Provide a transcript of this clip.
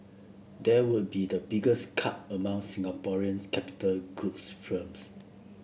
that would be the biggest cut among Singaporeans capital goods firms